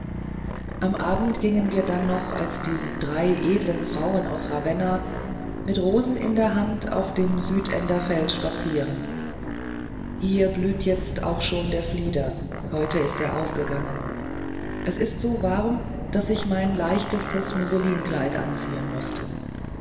am abend gingen wir dann noch als die drei edlen frauen aus ravenna mit rosen in der hand auf dem südender feld spazieren hier blüht jetzt auch schon der flieder heute ist er aufgegangen es ist so warm daß ich mein leichtestes mousselinkleid anziehen mußte